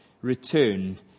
return